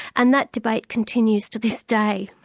and that debate continues to this day.